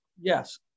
Yes